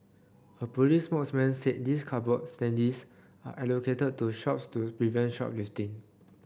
a police spokesman said these cardboard standees are allocated to shops to prevent shoplifting